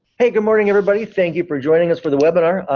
hey, good morning everybody thank you for joining us for the webinar.